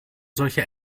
solche